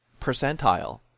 percentile